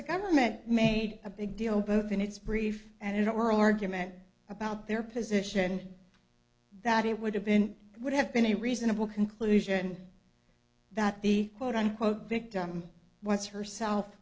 the government made a big deal both in its brief and it were argument about their position that it would have been it would have been a reasonable conclusion that the quote unquote victim what's herself